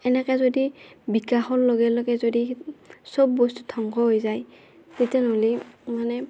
এনেকে যদি বিকাশৰ লগে লগে যদি চব বস্তু ধ্বংস হৈ যায় তিতেন হ'লি মানে